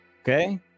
okay